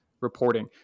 reporting